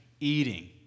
eating